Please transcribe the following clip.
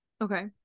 okay